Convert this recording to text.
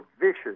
vicious